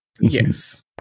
Yes